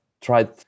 tried